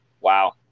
wow